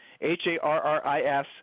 H-A-R-R-I-S